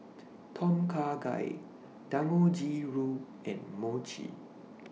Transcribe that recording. Tom Kha Gai Dangojiru and Mochi